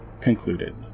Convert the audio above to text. concluded